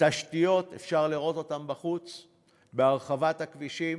בתשתיות, ואפשר לראות אותן בחוץ, בהרחבת הכבישים,